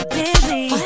busy